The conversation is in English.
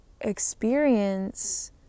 experience